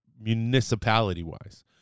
municipality-wise